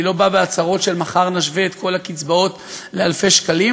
אני לא בא בהצהרות שמחר נשווה את כל הקצבאות לאלפי שקלים,